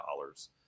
dollars